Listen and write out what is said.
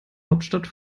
hauptstadt